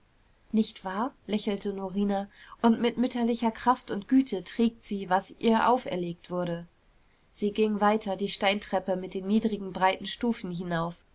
nicht wahr lächelte norina und mit mütterlicher kraft und güte trägt sie was ihr auferlegt wurde sie ging weiter die steintreppe mit den niedrigen breiten stufen hinauf